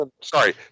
sorry